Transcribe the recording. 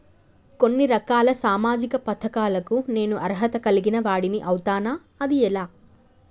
కొన్ని రకాల సామాజిక పథకాలకు నేను అర్హత కలిగిన వాడిని అవుతానా? అది ఎలా?